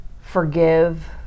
forgive